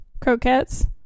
croquettes